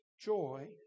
joy